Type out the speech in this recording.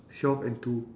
self enthu